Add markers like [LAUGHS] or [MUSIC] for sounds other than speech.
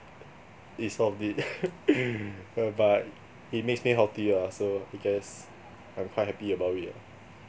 it's healthy [LAUGHS] uh but it makes me healthy ah so I guess I'm quite happy about it ah